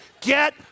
Get